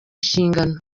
inshingano